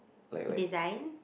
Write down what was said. design